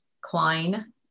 Klein